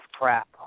crap